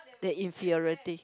the inferiority